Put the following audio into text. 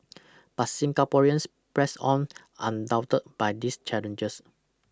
but Singaporeans pressed on undaunted by these challenges